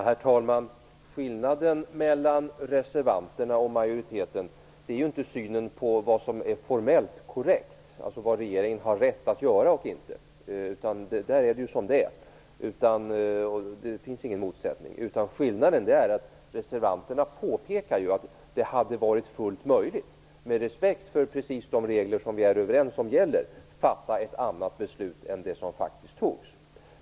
Herr talman! Skillnaden mellan reservanterna och majoriteten är inte synen på vad som är formellt korrekt, alltså vad regeringen har rätt att göra och inte göra. Där är det som det är, det finns ingen motsättning. Skillnaden är att reservanterna påpekar att det med respekt för precis de regler som vi är överens om gäller hade varit fullt möjligt att fatta ett annat beslut än det som faktiskt fattades.